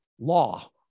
law